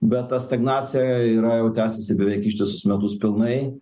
bet ta stagnacija yra jau tęsiasi beveik ištisus metus pilnai